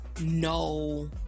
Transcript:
No